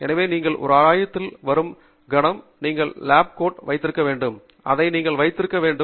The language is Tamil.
எனவே நீங்கள் ஒரு ஆய்வகத்திற்கு வரும் கணம் நீங்கள் ஒரு லேப் கோர்ட் வைத்திருக்க வேண்டும் அதை நீங்கள் வைத்திருக்க வேண்டும்